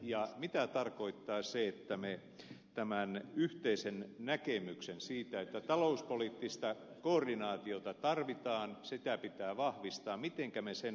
ja mitä tarkoittaa se että me tämän yhteisen näkemyksen siitä että talouspoliittista koordinaatiota tarvitaan sitä pitää vahvistaa mitenkä me sen hoidamme